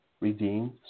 redeemed